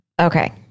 Okay